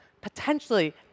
potentially